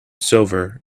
silver